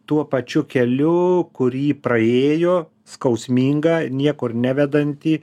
tuo pačiu keliu kurį praėjo skausmingą niekur nevedantį